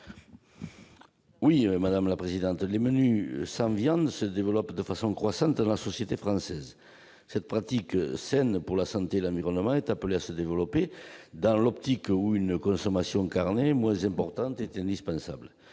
à M. Roland Courteau. Les menus sans viande se développent de façon croissante dans la société française. Cette pratique saine pour la santé et l'environnement est appelée à progresser, dans la mesure où une consommation carnée moins importante est indispensable.